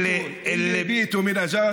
אללי ביתו מן אז'אז',